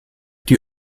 die